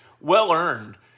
well-earned